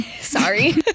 Sorry